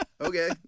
Okay